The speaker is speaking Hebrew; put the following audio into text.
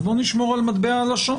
בואו נשמור על מטבע הלשון